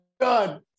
god